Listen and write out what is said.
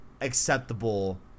acceptable